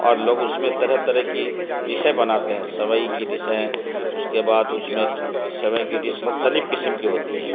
اور لوگ اس میں طرح طرح کی ڈشیں بناتے ہیں سوئیں کی ڈشیں اس کے بعد اس میں سوئیں کی ڈش مختلف قسم کی ہوتی ہیں